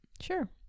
Sure